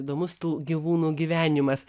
įdomus tų gyvūnų gyvenimas